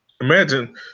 Imagine